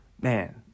Man